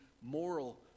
moral